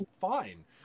fine